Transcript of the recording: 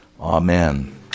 Amen